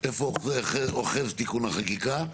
איפה אוחז תיקון החקיקה?